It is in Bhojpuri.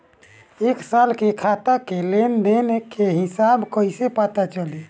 एक साल के खाता के लेन देन के हिसाब कइसे पता चली?